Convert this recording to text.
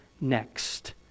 next